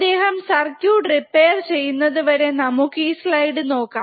അദ്ദേഹം circuit repair ചെയ്യുന്നതുവരെ നമുക്ക് ഈ സ്ലൈഡ് നോക്കാം